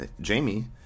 Jamie